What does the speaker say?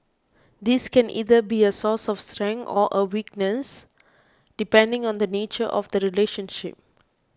this can either be a source of strength or a weakness depending on the nature of the relationship